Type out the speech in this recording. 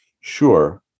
sure